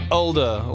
older